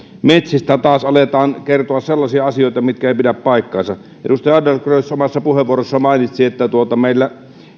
metsistä taas aletaan kertoa sellaisia asioita mitkä eivät pidä paikkaansa edustaja adlercreutz omassa puheenvuorossaan mainitsi että meillä